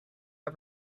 are